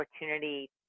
opportunity